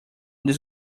this